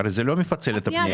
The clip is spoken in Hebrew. הרי זה לא מפצל את הפנייה.